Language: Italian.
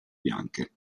bianche